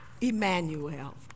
Emmanuel